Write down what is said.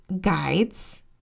guides